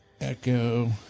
Echo